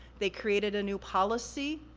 they created a new policy,